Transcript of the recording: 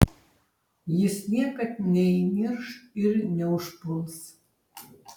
jis niekad neįnirš ir neužpuls